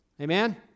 Amen